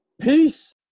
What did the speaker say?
Peace